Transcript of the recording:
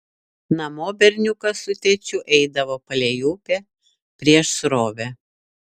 namo berniukas su tėčiu eidavo palei upę prieš srovę